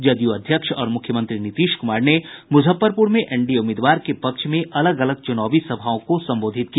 जदयू अध्यक्ष और मुख्यमंत्री नीतीश कुमार ने मुजफ्फरपुर में एनडीए उम्मीदवार के पक्ष में अलग अलग चुनावी सभाओं को संबोधित किया